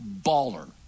baller